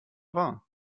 war